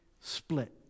split